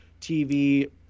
TV